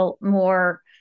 more